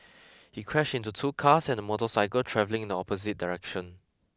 he crashed into two cars and a motorcycle travelling in the opposite direction